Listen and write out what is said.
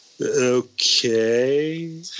Okay